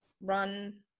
run